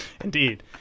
Indeed